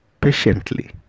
patiently